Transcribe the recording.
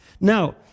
Now